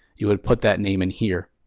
you would put that name in here.